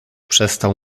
przestał